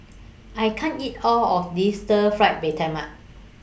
I can't eat All of This Stir Fry Mee Tai Mak